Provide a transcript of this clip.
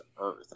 Earth